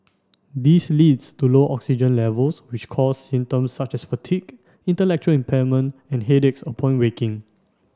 this leads to low oxygen levels which cause symptoms such as fatigue intellectual impairment and headaches upon waking